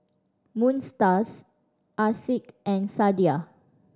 Moon Star Asic and Sadia